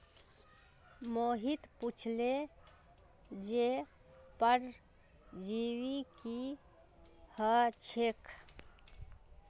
मोहित पुछले जे परजीवी की ह छेक